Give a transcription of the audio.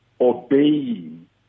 obeying